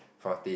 fourteen